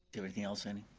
anything else, andy,